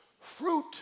fruit